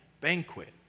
banquet